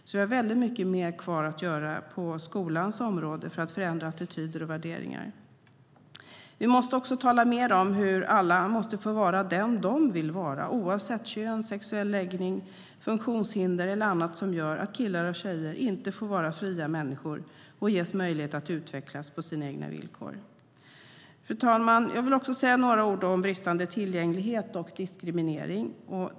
Det finns mycket mer kvar att göra på skolans område för att förändra attityder och värderingar. Vi måste också tala mer om hur alla måste få vara den de vill vara oavsett kön, sexuell läggning, funktionshinder eller annat som gör att killar och tjejer inte får vara fria människor och inte ges möjlighet att utvecklas på sina egna villkor. Fru talman! Jag vill också säga några ord om bristande tillgänglighet och diskriminering.